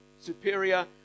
superior